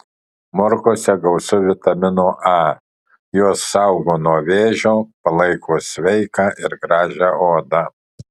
morkose gausu vitamino a jos saugo nuo vėžio palaiko sveiką ir gražią odą